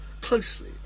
closely